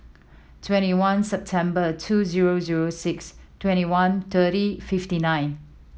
twenty one September two zero zero six twenty one thirty fifty nine